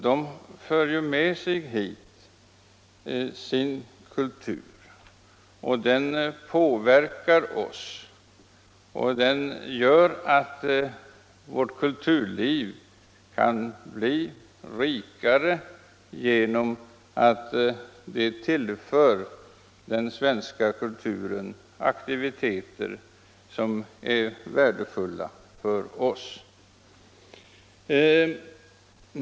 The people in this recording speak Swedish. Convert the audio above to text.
Invandrarna för med sig sin kultur hit, och den påverkar oss. Vårt svenska kulturliv kan bli rikare genom att de tillför det aktiviteter som är värdefulla för oss.